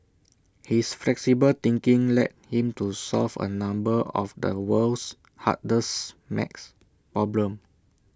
his flexible thinking led him to solve A number of the world's hardest math problems